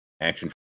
action